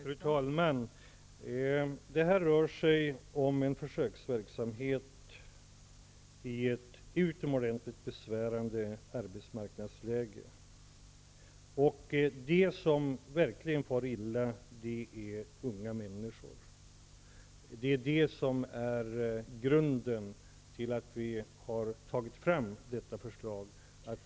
Fru talman! Det rör sig här om försöksverksamhet i ett utomordentligt besvärande arbetsmarknadsläge, och de som verkligen far illa är unga människor. Det är det som är grunden till att vi har tagit fram detta förslag.